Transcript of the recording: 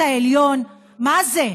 נשיאת העליון, מה זה?